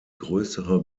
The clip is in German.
größere